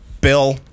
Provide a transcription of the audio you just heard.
Bill